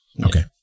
Okay